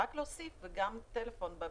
רק להוסיף "גם טלפון".